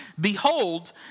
behold